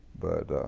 but